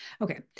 okay